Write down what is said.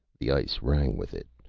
the ice rang with it,